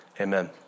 Amen